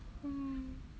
mm